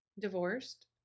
divorced